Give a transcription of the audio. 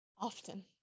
often